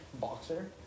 Boxer